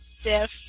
stiff